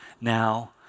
now